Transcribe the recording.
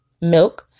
milk